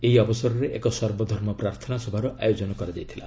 ଏହି ଅବସରରେ ଏକ ସର୍ବଧର୍ମ ପ୍ରାର୍ଥନା ସଭାର ଆୟୋଜନ କରାଯାଇଥିଲା